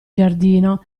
giardino